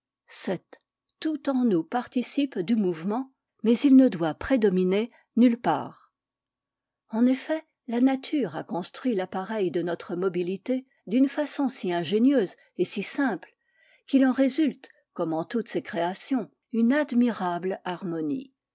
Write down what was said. vii tout en nous participe du mouvement mais il ne doit prédominer nulle part en effet la nature a construit l'appareil de notre mobilité d'une façon si ingénieuse et si simple qu'il en résulte comme en toute ses créations une admirable harmonie